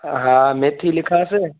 हा मेथी लिखांसि